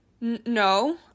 No